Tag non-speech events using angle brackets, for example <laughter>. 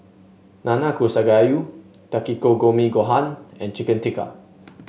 Nanakusa Gayu <unintelligible> gohan and Chicken Tikka